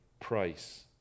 price